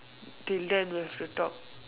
till then we have to talk